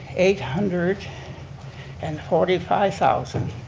eight hundred and forty five thousand